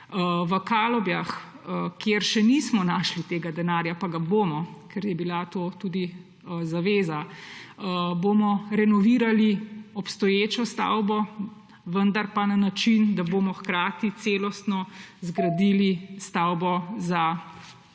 Na Kalobju, kjer še nismo našli tega denarja, pa ga bomo, ker je bila to tudi zaveza, bomo renovirali obstoječo stavbo, vendar na način, da bomo hkrati celostno zgradili stavbo za celotno